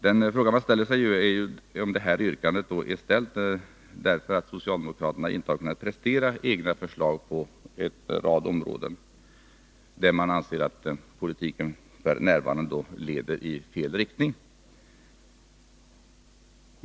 Den fråga man ställer sig är om det yrkandet är ställt därför att socialdemokraterna inte har kunnat prestera egna förslag på en rad områden, där de anser att politiken f. n. går i fel riktning.